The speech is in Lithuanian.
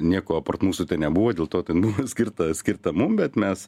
nieko apart mūsų ten nebuvo dėl to ten buvo skirta skirta mum bet mes